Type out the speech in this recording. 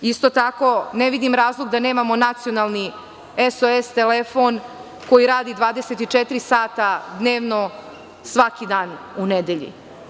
Isto tako, ne vidim razlog da nemamo nacionalni SOS telefon, koji radi 24 sata dnevno, svaki dan u nedelji.